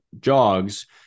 jogs